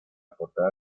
portada